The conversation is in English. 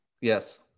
Yes